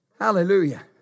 Hallelujah